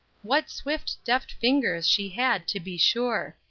what swift deft fingers she had to be sure.